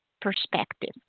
perspective